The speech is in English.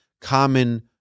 common